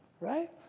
right